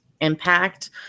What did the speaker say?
impact